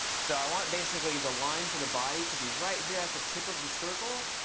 so i want basically the line for the body to be right here at the tip of the circle,